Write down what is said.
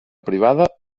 privada